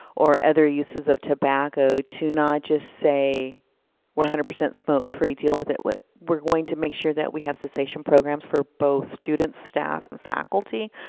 or other uses of tobacco, to not just say, we're one hundred percent smoke free, deal with it. what we're going to make sure that we have cessation programs for both students, staff and faculty.